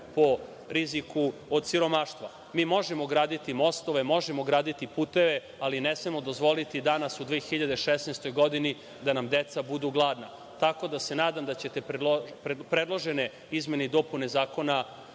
po riziku od siromaštva. Mi možemo graditi mostove, možemo graditi puteve, ali ne smemo dozvoliti danas, u 2016. godini, da nam deca budu gladna. Tako da se nadam da ćete predložene izmene i dopune Zakona